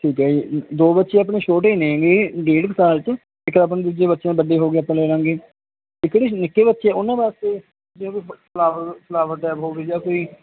ਠੀਕ ਹੈ ਦੋ ਬੱਚੇ ਆਪਣੇ ਛੋਟੇ ਹੀ ਨੇਗੇ ਡੇਢ ਕ ਸਾਲ 'ਚ ਇੱਕ ਆਪਣੇ ਦੂਜੇ ਬੱਚਿਆਂ ਵੱਡੇ ਹੋ ਗਏ ਆਪਣੇ ਨਿੱਕੇ ਬੱਚੇ ਉਹਨਾਂ ਵਾਸਤੇ ਜਾਂ ਕੋਈ ਫਲਾਵਰ ਟਾਈਪ ਹੋਗੇ ਜਾਂ ਕੋਈ